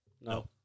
No